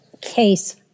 case